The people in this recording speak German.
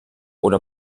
oder